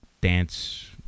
dance